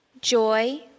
joy